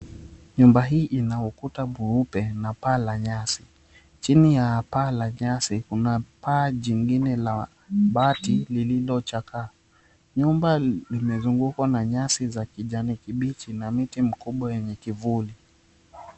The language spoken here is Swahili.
Nyumba hii ina ukuta mweupe na paa la nyasi. Chini ya paa la nyasi kuna paa jingine la bati lililochakaa. Nyumba limezungukwa na nyasi za kichani kibichi na mti mkubwa mwenye kivuli.